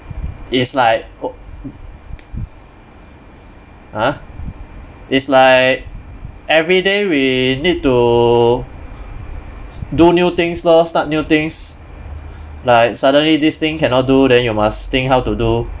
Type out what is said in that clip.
it's like !huh! it's like everyday we need to do new things lor start new things like suddenly this thing cannot do then you must think how to do